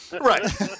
Right